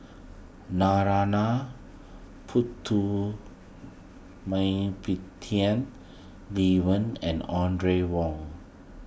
Narana Putumaippittan Lee Wen and Audrey Wong